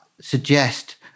suggest